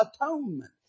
atonement